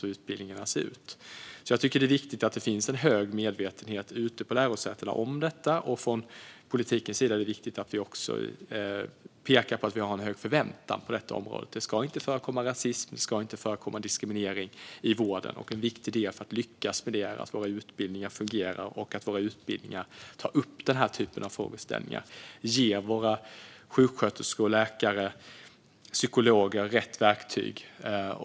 Jag tycker alltså att det är viktigt att det finns en hög medvetenhet om detta ute på lärosätena. Från politikens sida är det viktigt att vi pekar på att vi har en hög förväntan på detta område. Det ska inte förekomma rasism eller diskriminering i vården, och en viktig del för att lyckas med detta är att våra utbildningar fungerar och tar upp denna typ av frågeställningar och ger våra sjuksköterskor, läkare och psykologer rätt verktyg.